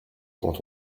quand